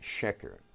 sheker